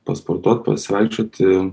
pasportuot pasivaikščioti